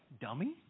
dummy